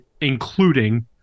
including